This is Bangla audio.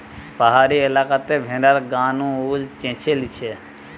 পাহাড়ি এলাকাতে ভেড়ার গা নু উল চেঁছে লিছে